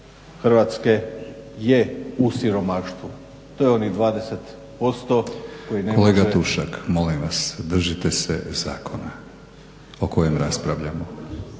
Hrvatske je u siromaštvu. To je onih 20%. **Batinić, Milorad (HNS)** Kolega Tušak molim vas, držite se zakona o kojem raspravljamo.